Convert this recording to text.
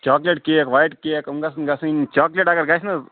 chocolate cake white cake یِم گَژھن گَژھٕنۍ چاکلیٹ اگر گَژھِ نہَ حظ